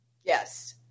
Yes